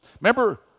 Remember